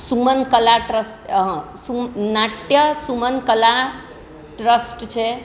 Suman Kala trust સુ નાટ્ય Suman Kala trust છે